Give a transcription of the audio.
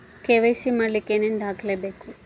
KYC ಮಾಡಲಿಕ್ಕೆ ಏನೇನು ದಾಖಲೆಬೇಕು?